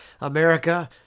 America